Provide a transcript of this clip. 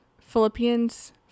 Philippians